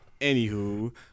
Anywho